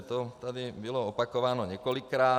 To tady bylo opakováno několikrát.